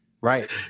Right